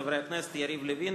חברי הכנסת יריב לוין,